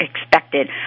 expected